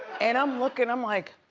and i'm lookin', i'm like,